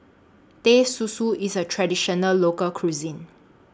Teh Susu IS A Traditional Local Cuisine